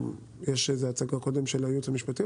יש הצגה של הייעוץ המשפטי?